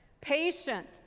Patient